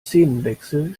szenenwechsel